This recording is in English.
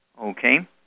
Okay